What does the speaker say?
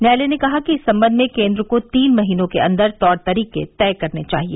न्यायालय ने कहा कि इस संबंध में केन्द्र को तीन महीनों के अंदर तौर तरीके तय करने चाहिए